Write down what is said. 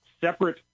separate